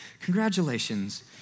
Congratulations